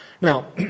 Now